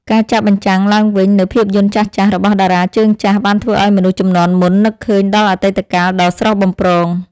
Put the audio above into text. ការចាក់បញ្ចាំងឡើងវិញនូវភាពយន្តចាស់ៗរបស់តារាជើងចាស់បានធ្វើឱ្យមនុស្សជំនាន់មុននឹកឃើញដល់អតីតកាលដ៏ស្រស់បំព្រង។